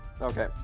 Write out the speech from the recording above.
Okay